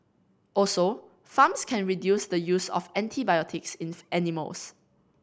also farms can reduce the use of antibiotics in animals